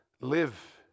live